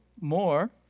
more